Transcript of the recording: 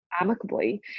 amicably